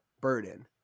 burden